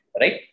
Right